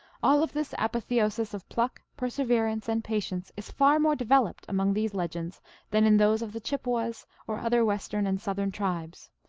all of this apotheosis of pluck, perseverance, and patience is far more developed among these legends than in those of the chippewas or other western and south ern tribes,